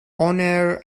owner